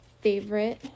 favorite